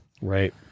Right